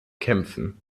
kämpfen